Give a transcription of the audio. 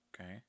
okay